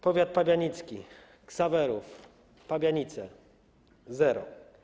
Powiat pabianicki: Ksawerów, Pabianice - zero.